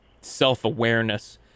self-awareness